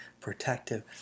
protective